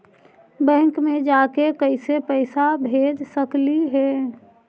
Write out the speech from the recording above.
Bank मे जाके कैसे पैसा भेज सकली हे?